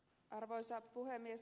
arvoisa puhemies